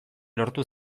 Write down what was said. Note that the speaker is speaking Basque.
lortu